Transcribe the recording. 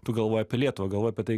tu galvoji apie lietuvą galvoji apie tai